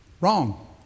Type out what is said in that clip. wrong